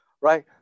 right